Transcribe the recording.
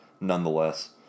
nonetheless